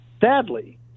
Sadly